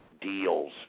deals